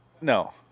No